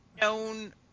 Known